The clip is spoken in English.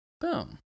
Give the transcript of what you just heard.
Boom